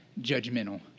judgmental